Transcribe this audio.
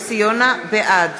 בעד